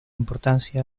importancia